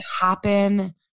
happen